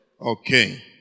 Okay